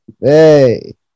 Hey